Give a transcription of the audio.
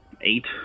Eight